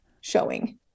showing